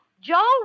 Joe